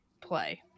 play